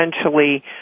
essentially